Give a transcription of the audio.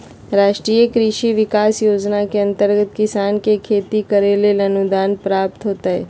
राष्ट्रीय कृषि विकास योजना के अंतर्गत किसान के खेती करैले अनुदान प्राप्त होतय